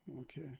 okay